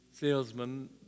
salesman